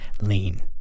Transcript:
lean